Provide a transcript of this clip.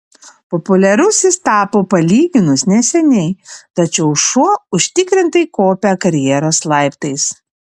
populiarus jis tapo palyginus neseniai tačiau šuo užtikrintai kopia karjeros laiptais